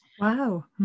Wow